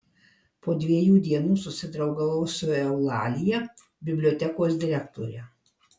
po dviejų dienų susidraugavau su eulalija bibliotekos direktore